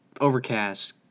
Overcast